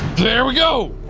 there we go!